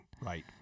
Right